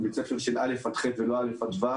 בית ספר של כיתות א' ח' ולא א' ו'.